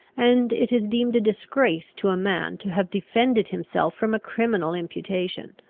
and it is deemed a disgrace to a man to have defended himself from a criminal imputation,